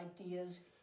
ideas